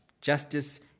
Justice